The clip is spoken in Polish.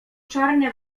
czarne